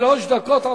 שלוש דקות עברו.